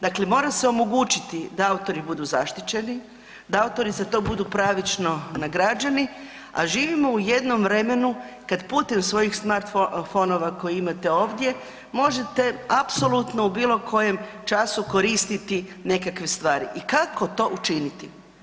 Dakle, mora se omogućiti da autori budu zaštićeni, da autori za to budu pravično nagrađeni, a živimo u jednom vremenu kad putem svojim smartphonova koje imate ovdje možete apsolutno u bilo kojem času koristiti nekakve stvari i kako to učiniti?